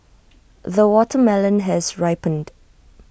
the watermelon has ripened